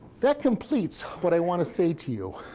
that completes what i want to say to you.